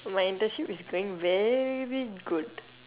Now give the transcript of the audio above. my internship is going very good